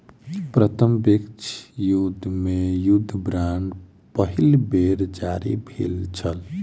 प्रथम विश्व युद्ध मे युद्ध बांड पहिल बेर जारी भेल छल